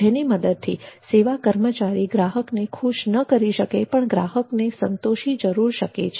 જેની મદદથી જો સેવા કર્મચારી ગ્રાહકને ખુશ ન કરી શકે પણ ગ્રાહકને સંતોષી જરૂર શકે છે